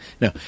no